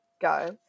go